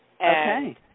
Okay